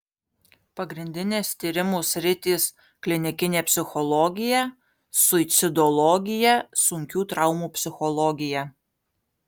pagrindinės tyrimų sritys klinikinė psichologija suicidologija sunkių traumų psichologija